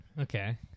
Okay